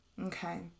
Okay